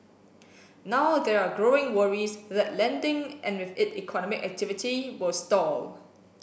now there are growing worries that lending and with it economic activity will stall